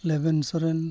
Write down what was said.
ᱞᱮᱵᱮᱱ Soren